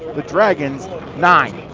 the dragons nine.